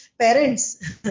parents